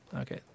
Okay